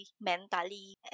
mentally